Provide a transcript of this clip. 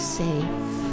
safe